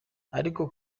ariko